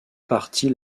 parties